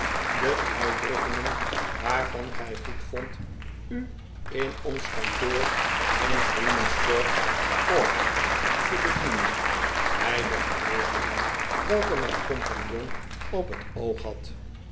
de uitdrukkingen waarvan gij goedvondt u in ons kantoor in freeman's court cornhill te bedienen bij de gelegenheid welke mijn conipagnon op het oog had